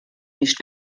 nicht